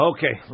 Okay